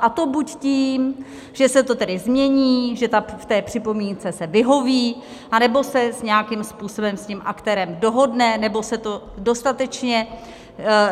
A to buď tím, že se to tedy změní, že té připomínce se vyhoví, anebo se nějakým způsobem s tím aktérem dohodne, nebo se dostatečně